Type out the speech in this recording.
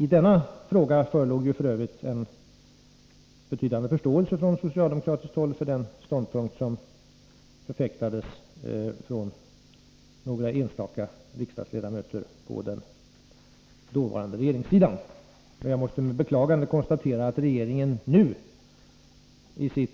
I denna fråga förelåg f. ö. en betydande förståelse från socialdemokratiskt håll för den ståndpunkt som förfäktades från några enstaka riksdagsledamöter på den dåvarande regeringssidan. Jag måste med beklagande konstatera att regeringen nu i